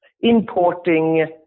importing